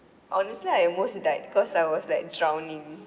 honestly I almost died cause I was like drowning